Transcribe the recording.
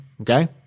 Okay